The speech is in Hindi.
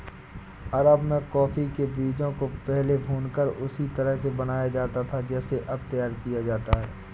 अरब में कॉफी के बीजों को पहले भूनकर उसी तरह से बनाया जाता था जैसे अब तैयार किया जाता है